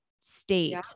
state